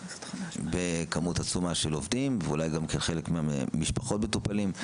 בכמות עצומה של עובדים ואולי חלק ממשפחות מטופלים,